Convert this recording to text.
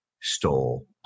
stole